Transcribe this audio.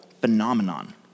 phenomenon